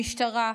המשטרה,